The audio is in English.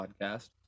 Podcast